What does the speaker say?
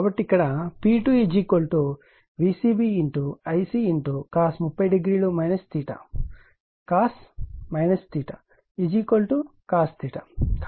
కాబట్టి ఇక్కడ P2 VcbIc cos 300 cos cos